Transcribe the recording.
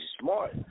Smart